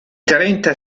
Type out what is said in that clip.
trenta